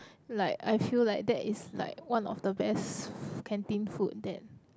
like I feel like that is like one of the best canteen food that